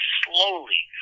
slowly